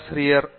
பேராசிரியர் வி